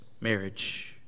marriage